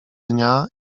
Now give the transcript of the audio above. dnia